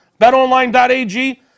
BetOnline.ag